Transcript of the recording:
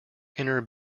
inner